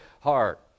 heart